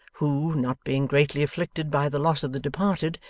who, not being greatly afflicted by the loss of the departed,